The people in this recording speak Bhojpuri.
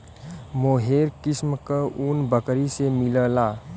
मोहेर किस्म क ऊन बकरी से मिलला